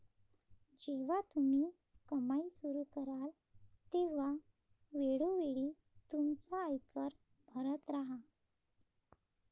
जेव्हा तुम्ही कमाई सुरू कराल तेव्हा वेळोवेळी तुमचा आयकर भरत राहा